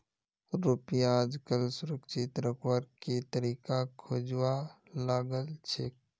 रुपयाक आजकल सुरक्षित रखवार के तरीका खोजवा लागल छेक